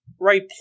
right